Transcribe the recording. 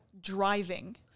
driving